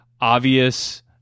obvious